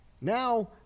Now